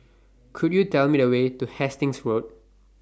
Could YOU Tell Me The Way to Hastings Road